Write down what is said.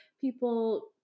people